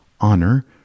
honor